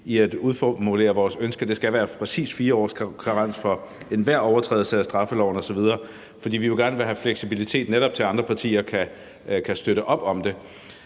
i at formulere vores ønske, altså at det skal være præcis 4 års karens for enhver overtrædelse af straffeloven osv. For vi vil jo gerne vil have fleksibilitet, netop i forhold til at andre partier kan støtte op om det.